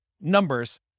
numbers